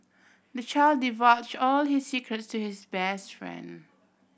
the child divulged all his secrets to his best friend